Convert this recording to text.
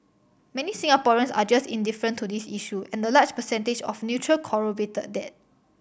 many Singaporeans are just indifferent to this issue and the large percentage of neutral corroborated that